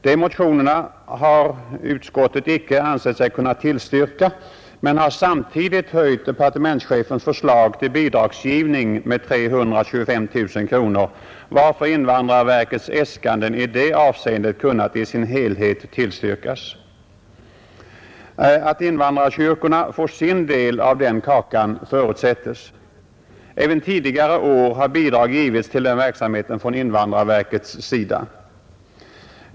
De motionerna har utskottet icke ansett sig kunna tillstyrka, men har samtidigt höjt departementschefens förslag till bidragsgivning med 325 000 kronor, varför invandrarverkets äskanden i det avseendet kunnat i sin helhet tillstyrkas. Att invandrarkyrkorna får sin del av den kakan förutsättes. Även tidigare år har bidrag givits till den verksamheten från invandrarverkets sida.